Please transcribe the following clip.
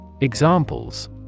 Examples